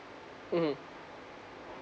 mmhmm